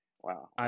Wow